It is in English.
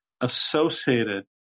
associated